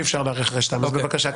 נשאלו פה הרבה שאלות.